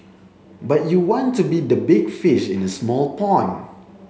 but you want to be the big fish in a small pond